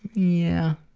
yeah.